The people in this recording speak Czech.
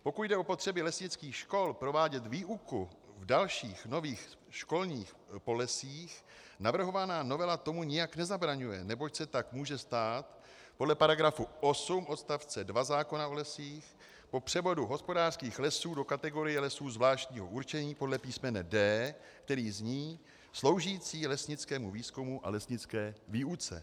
Pokud jde o potřeby lesnických škol provádět výuku v dalších nových školních polesích, navrhovaná novela tomu nijak nezabraňuje, neboť se tak může stát podle § 8 odst. 2 zákona o lesích po převodu hospodářských lesů do kategorie lesů zvláštního určení podle písm. d), které zní: Sloužící lesnickému výzkumu a lesnické výuce.